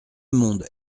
monde